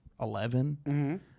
Eleven